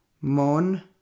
mon